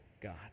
God